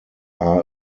are